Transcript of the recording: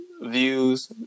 views